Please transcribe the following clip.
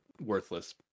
worthless